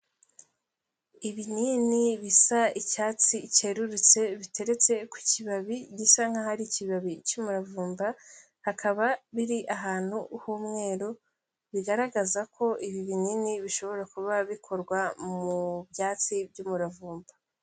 Ibinini bisa icyatsi cyerurutse biteretse ku kibabi gisa nk'aho ari ikibabi cy'umuravumba, hakaba biri ahantu h'umweru bigaragaza ko ibi binini bishobora kuba bikorwa mu byatsi by'umuravumba.